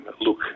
look